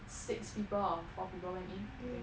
six people or four people went in I think